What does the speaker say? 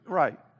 right